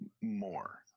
more